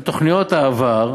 זה תוכניות העבר,